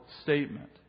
statement